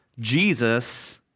Jesus